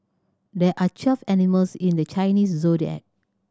there are twelve animals in the Chinese Zodiac